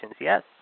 yes